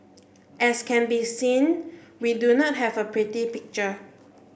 as can be seen we do not have a pretty picture